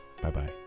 Bye-bye